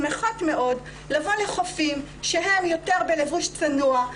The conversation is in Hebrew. שמחות מאוד לבוא לחופים שהם יותר בלבוש צנוע,